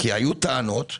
כי היו טענות רציניות,